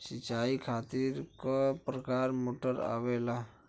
सिचाई खातीर क प्रकार मोटर आवेला?